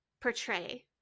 portray